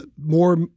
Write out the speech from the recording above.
more